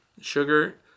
sugar